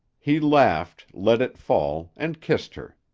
he laughed, let it fall, and kissed her.